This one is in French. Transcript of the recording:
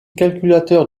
calculateur